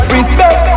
Respect